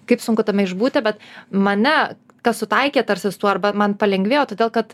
kaip sunku tame išbūti bet mane kas sutaikė tarsi su tuo arba man palengvėjo todėl kad